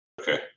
Okay